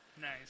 Nice